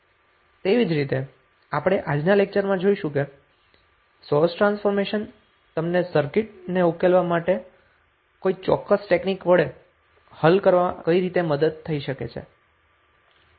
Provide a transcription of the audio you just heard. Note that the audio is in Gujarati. તેવી જ રીતે આપણે આજના લેક્ચરમાં જોશું કે સોર્સ ટ્રાન્સફોર્મેશન તમને સર્કિટને ઉકેલવામાં અને કોઈ ચોક્કસ ટેક્નિક વડે સર્કિટને હલ કરવામાં કઈ રીતે મદદ થઈ શકે છે